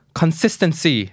consistency